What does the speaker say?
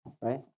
right